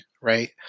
right